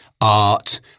art